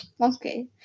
Okay